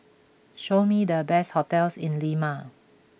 show me the best hotels in Lima